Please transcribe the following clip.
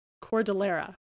Cordillera